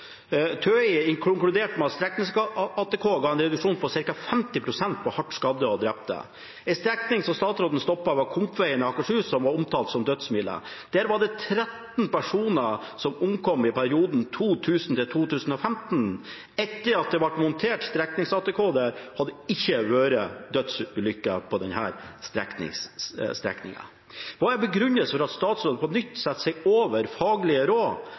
TØI konkluderte med at streknings-ATK ga en reduksjon på ca. 50 pst. av hardt skadde og drepte. En strekning som statsråden stoppet, var Kompveien i Akershus, som var omtalt som dødsmila. Der var det 13 personer som omkom i perioden 2000–2015. Etter at det ble montert streknings-ATK der, har det ikke vært dødsulykker på denne strekningen. Hva er begrunnelsen for at statsråden på nytt setter seg over faglige råd,